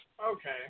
Okay